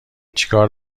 چیکار